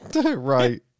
right